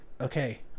okay